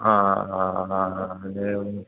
हा हा हा एवं